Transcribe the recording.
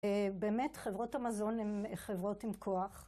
באמת חברות המזון הן חברות עם כוח.